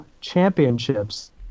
championships